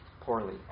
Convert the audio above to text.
poorly